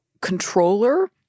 controller